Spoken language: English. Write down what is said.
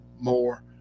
more